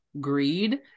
greed